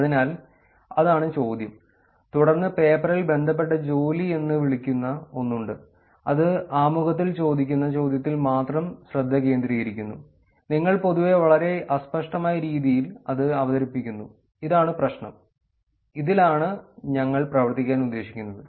അതിനാൽ അതാണ് ചോദ്യം തുടർന്ന് പേപ്പറിൽ ബന്ധപ്പെട്ട ജോലി എന്ന് വിളിക്കുന്ന ഒന്നുണ്ട് അത് ആമുഖത്തിൽ ചോദിക്കുന്ന ചോദ്യത്തിൽ മാത്രം ശ്രദ്ധ കേന്ദ്രീകരിക്കുന്നു നിങ്ങൾ പൊതുവെ വളരെ അസ്പഷ്ടമായ രീതിയിൽ അത് അവതരിപ്പിക്കുന്നു ഇതാണ് പ്രശ്നം ഇതിലാണ് ഞങ്ങൾ പ്രവർത്തിക്കാൻ ഉദ്ദേശിക്കുന്നത്